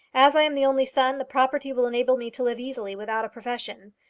as i am the only son, the property will enable me to live easily without a profession.